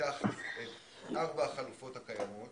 שניתחת את ארבע החלופות הקיימות